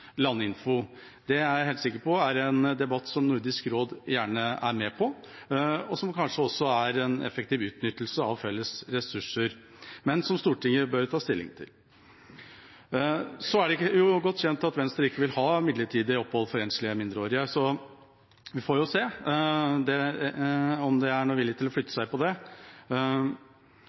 landinfo? Det er jeg helt sikker på er en debatt som Nordisk råd gjerne er med på, og som kanskje også er en effektiv utnyttelse av felles ressurser, men som Stortinget bør ta stilling til. Det er godt kjent at Venstre ikke vil ha midlertidig opphold for enslige mindreårige, så vi får se om det er noen vilje til å flytte seg på det.